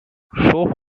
far